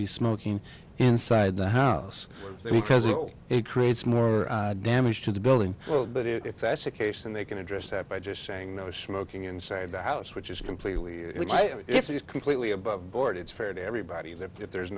be smoking inside the house because it creates more damage to the building well but if that's the case and they can address that by just saying no smoking inside the house which is completely completely above board it's fair to everybody that if there is